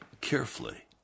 carefully